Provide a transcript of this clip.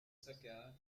saqueadas